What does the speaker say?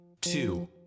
two